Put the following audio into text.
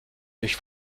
durch